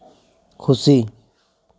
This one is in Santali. ᱠᱷᱩᱥᱤ